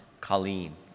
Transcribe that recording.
Colleen